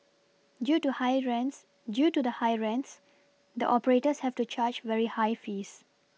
due to high rents due to the high rents the operators have to charge very high fees